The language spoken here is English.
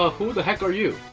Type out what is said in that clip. ah who the heck are you?